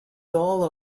all